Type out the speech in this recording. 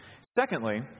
Secondly